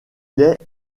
est